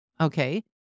Okay